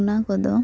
ᱚᱱᱟ ᱠᱚᱫᱚ